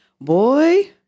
boy